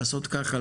לעשות ככה,